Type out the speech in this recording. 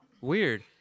Weird